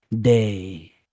day